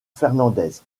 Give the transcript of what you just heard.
fernández